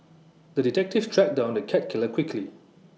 the detective tracked down the cat killer quickly